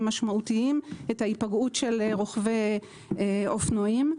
משמעותיים את ההיפגעות של רוכבי אופנועים.